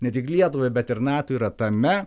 ne tik lietuvai bet ir nato yra tame